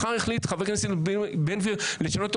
מחר יחליט חבר הכנסת בן גביר לשנות את